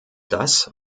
das